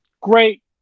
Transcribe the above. great